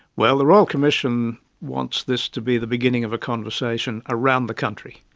well, the royal commission wants this to be the beginning of a conversation around the country,